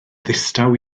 ddistaw